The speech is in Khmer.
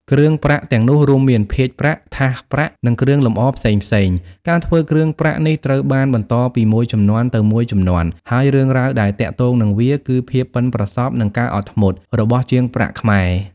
គ្រឿងប្រាក់ទាំងនោះរួមមាន ភាជន៍ប្រាក់ ថាសប្រាក់ និងគ្រឿងលម្អផ្សេងៗ។ ការធ្វើគ្រឿងប្រាក់នេះត្រូវបានបន្តពីមួយជំនាន់ទៅមួយជំនាន់ ហើយរឿងរ៉ាវដែលទាក់ទងនឹងវា គឺ ភាពប៉ិនប្រសប់និងការអត់ធ្មត់ របស់ជាងប្រាក់ខ្មែរ។